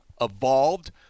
evolved